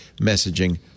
messaging